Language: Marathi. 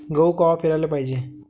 गहू कवा पेराले पायजे?